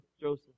Joseph